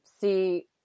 see